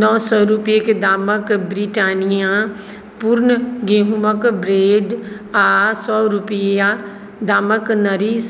नओ सए रूपैआक दामक ब्रिटानिया पूर्ण गेहूमक ब्रेड आ सए रूपैआ दामक नरिश